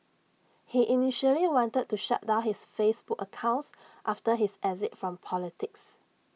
he initially wanted to shut down his Facebook accounts after his exit from politics